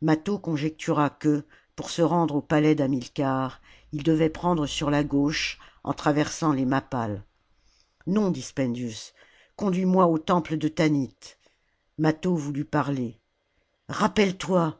lâtho conjectura que pour se rendre au palais d'hamilcar ils devaient prendre sur la gauche en traversant les mappales non dit spendius conduis-moi au temple de tanit mâtho voulut parler rappelle-toi